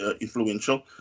influential